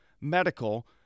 Medical